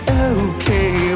okay